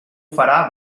farà